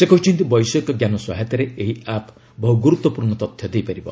ସେ କହିଛନ୍ତି ବୈଷୟିକଜ୍ଞାନ ସହାୟତାରେ ଏହି ଆପ୍ ବହୁ ଗୁରୁତ୍ୱପୂର୍୍ଣ ତଥ୍ୟ ଦେଇପାରିବ